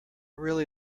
really